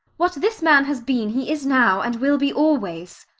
what this man has been, he is now, and will be always.